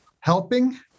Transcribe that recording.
helping